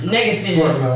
Negative